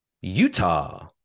Utah